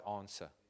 answer